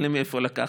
אין לי מאיפה לקחת.